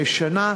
שנה.